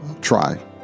try